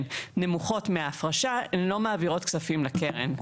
נמוכות מההפרשה הן לא מעבירות כספים לקרן.